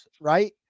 right